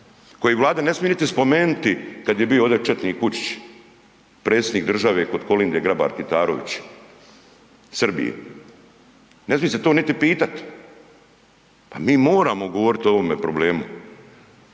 koji Vlada ne smije niti spomenuti kad je bio ovdje četnik Vučić, Predsjednik države kod Kolinde Grabar Kitarović, Srbije, ne smije se to niti pitat, pa mi moramo govorit o ovome problemu.